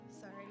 sorry